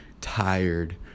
tired